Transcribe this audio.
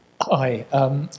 Hi